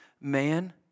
man